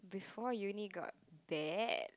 before uni got bad